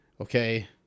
okay